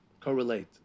correlate